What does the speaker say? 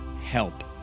help